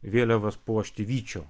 vėliavas puošti vyčio